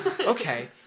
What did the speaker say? Okay